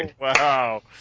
Wow